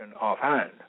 offhand